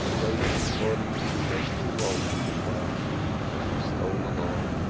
gave his body to the gentle roll of the craft as she stole along,